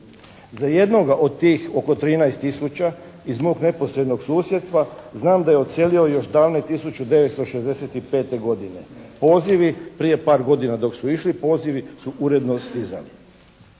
Za jednoga od tih oko 13 tisuća iz mog neposrednog susjedstva znam da je odselio još davne 1965. godine. Pozivi prije par godina dok su išli pozivi su uredno stizali.